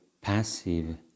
passive